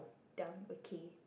down okay